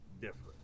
different